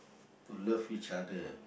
to love each other